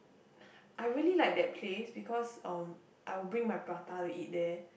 I really like that place because um I will bring my prata to eat there